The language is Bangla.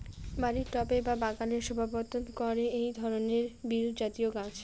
বাড়ির টবে বা বাগানের শোভাবর্ধন করে এই ধরণের বিরুৎজাতীয় গাছ